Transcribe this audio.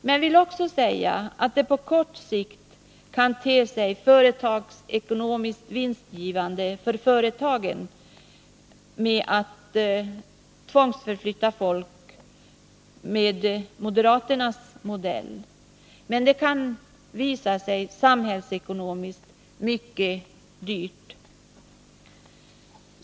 Men jag vill också säga att det på kort sikt kan te sig företagsekonomiskt vinstgivande för företagen att tvångsförflytta folk enligt moderaternas modell, men samhällsekonomiskt kan detta visa sig bli mycket dyrt.